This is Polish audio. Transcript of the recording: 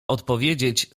odpowiedzieć